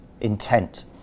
intent